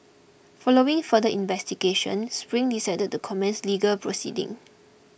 following further investigations Spring decided to commence legal proceeding